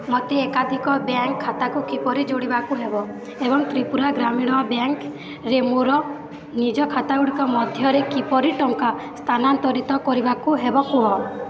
ମୋତେ ଏକାଧିକ ବ୍ୟାଙ୍କ୍ ଖାତାକୁ କିପରି ଯୋଡ଼ିବାକୁ ହେବ ଏବଂ ତ୍ରିପୁରା ଗ୍ରାମୀଣ ବ୍ୟାଙ୍କ୍ରେ ମୋର ନିଜ ଖାତାଗୁଡ଼ିକ ମଧ୍ୟରେ କିପରି ଟଙ୍କା ସ୍ଥାନାନ୍ତରିତ କରିବାକୁ ହେବ କୁହ